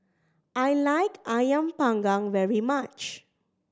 I like Ayam Panggang very much